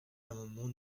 l’amendement